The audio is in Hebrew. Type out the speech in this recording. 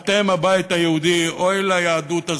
אתם הבית היהודי, אוי ליהדות הזאת.